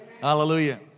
Hallelujah